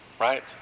right